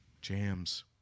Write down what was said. Jams